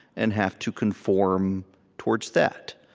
and have to conform towards that.